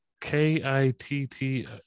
K-I-T-T